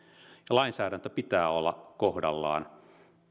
lainsäädännön pitää olla kohdallaan